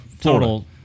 Total